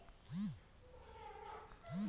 Credit card क code हम भूल गइली ओकर कोई समाधान बा?